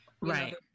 Right